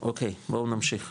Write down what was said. אוקי, בואו נמשיך,